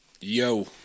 Yo